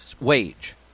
wage